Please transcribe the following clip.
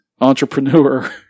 entrepreneur